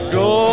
go